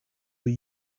were